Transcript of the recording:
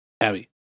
Abby